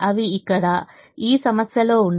అవి ఇక్కడ ఈ సమస్యలో ఉన్నాయి